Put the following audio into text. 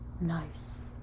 Nice